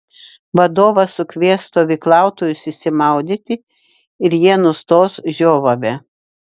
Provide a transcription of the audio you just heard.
vadovas sukvies stovyklautojus išsimaudyti ir jie nustos žiovavę